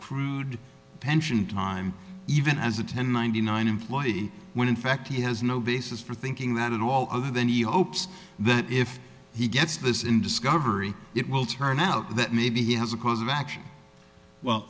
crude pension time even as a ten ninety nine employee when in fact he has no basis for thinking that at all other than he hopes that if he gets this in discovery it will turn out that maybe he has a ca